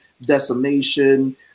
Decimation